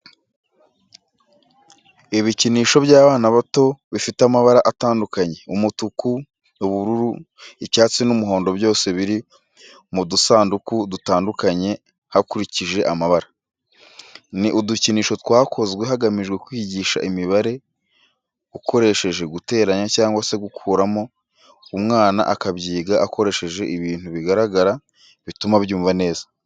Ibikinisho by'abana bato bifite amabara atandukanye umutuku, ubururu, icyatsi n'umuhondo byose biri mu dusanduku dutandukanye hakurikije amabara. Ni udukinisho twakozwe hagamijwe kwigisha imibare ukoresheje guteranya cyangwa se gukuramo umwana akabyiga akoresheje ibintu bigaragara bituma abyumva neza.